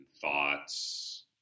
thoughts